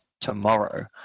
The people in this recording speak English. tomorrow